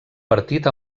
partit